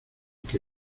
que